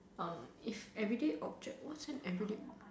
um if everyday object what's an everyday